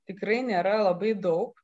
tikrai nėra labai daug